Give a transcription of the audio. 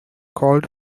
called